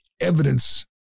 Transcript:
evidence